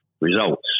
results